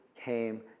came